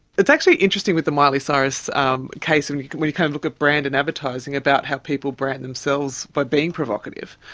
it's actually interesting with the miley cyrus um case and when you kind of look at brand and advertising about how people brand themselves by being provocative,